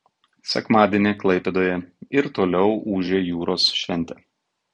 sekmadienį klaipėdoje ir toliau ūžė jūros šventė